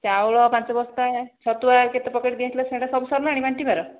ଚାଉଳ ପାଞ୍ଚ ବସ୍ତା ଛତୁଆ କେତେ ପ୍ୟାକେଟ ଦିଆହୋଇଥିଲା ସେଇଟା ସବୁ ସରିଲାଣି ବାଣ୍ଟିବାର